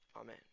Amen